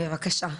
בבקשה.